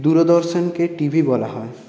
দূরদর্শনকে TV বলা হয়